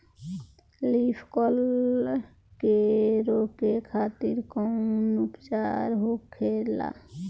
Leaf curl के रोके खातिर कउन उपचार होखेला?